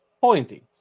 Pointy